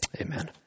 Amen